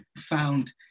found